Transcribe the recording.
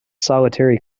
solitary